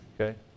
okay